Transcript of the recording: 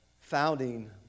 founding